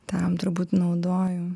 tam turbūt naudoju